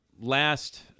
last